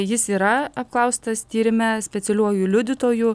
jis yra apklaustas tyrime specialiuoju liudytoju